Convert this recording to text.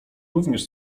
również